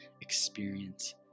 experience